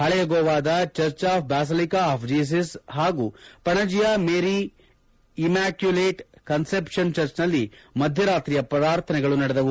ಹಳೆಯ ಗೋವಾದ church of basilica of Jesus ಹಾಗೂ ಪಣಜಿಯ ಮೇರಿ ಇಮ್ಯಾಕುಲೇಟ್ ಕನ್ನೆಪ್ಸನ್ ಚರ್ಚ್ನಲ್ಲಿ ಮಧ್ಯರಾತ್ರಿಯ ಪ್ರಾರ್ಥನೆಗಳು ನಡೆದವು